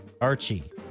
Archie